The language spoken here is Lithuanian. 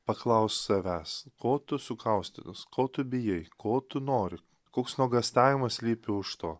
paklaus savęs ko tu sukaustytas ko tu bijai ko tu nori koks nuogąstavimas slypi už to